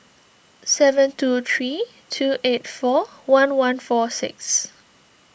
seven two three two eight four one one four six